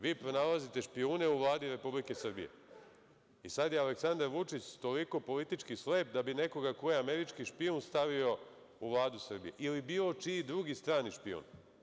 Vi pronalazite špijune u Vladi Republike Srbije i sad je Aleksandar Vučić toliko politički slep da bi nekoga ko je američki špijun stavio u Vladu Srbije ili bilo čiji drugi strani špijun.